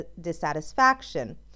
dissatisfaction